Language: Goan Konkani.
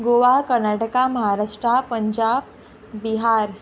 गोवा कर्नाटका महाराष्ट्रा पंजाब बिहार